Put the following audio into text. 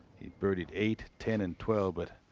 he birdied eight, ten and twelve but